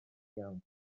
iawn